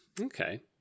okay